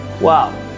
wow